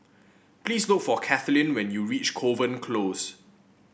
please look for Kathlyn when you reach Kovan Close